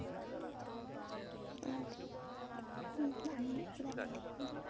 ᱟᱫᱚ ᱫᱟᱜ ᱢᱟᱹᱲᱤ ᱠᱮᱫᱟᱞᱮ ᱛᱮᱦᱮᱧ ᱫᱚ